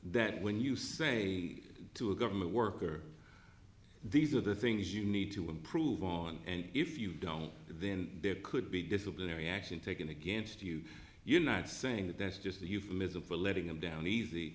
that when you say to a government worker these are the things you need to improve on and if you don't then there could be disciplinary action taken against you united saying that that's just a euphemism for letting them down easy